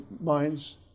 minds